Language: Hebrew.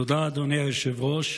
תודה, אדוני היושב-ראש.